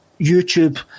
YouTube